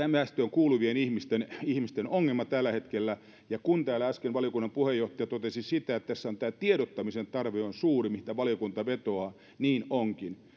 kuuluville ihmisille ongelma tällä hetkellä kun täällä äsken valiokunnan puheenjohtaja totesi sen että tässä tiedottamisen tarve on suuri mihin valiokunta vetoaa niin onkin